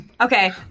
Okay